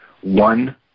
one